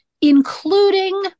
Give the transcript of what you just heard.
including